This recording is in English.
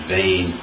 vain